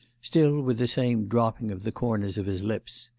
still with the same dropping of the corners of his lips,